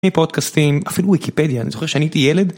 פודקאסטים אפילו וויקיפדיה, אני זוכר שאני הייתי ילד.